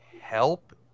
help